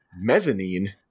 mezzanine